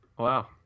wow